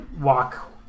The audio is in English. walk